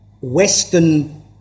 Western